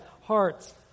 hearts